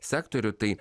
sektorių tai